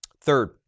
Third